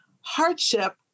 hardship